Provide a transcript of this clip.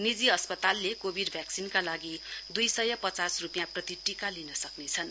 निजी अस्पतालले कोविड भ्याक्सिनका लागि दुई सय पचास रूपियाँ प्रति टीका लिन सक्रेछन्